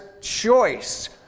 choice